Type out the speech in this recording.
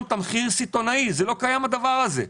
תמחיר סיטונאי, לא קיים הדבר הזה.